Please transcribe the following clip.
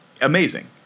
Amazing